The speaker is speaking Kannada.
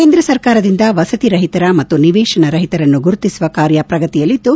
ಕೇಂದ್ರ ಸರ್ಕಾರದಿಂದ ವಸತಿ ರಹಿತರ ಮತ್ತು ನಿವೇಶನ ರಹಿತರನ್ನು ಗುರುತಿಸುವ ಕಾರ್ಯ ಪ್ರಗತಿಯಲ್ಲಿದ್ದು